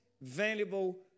valuable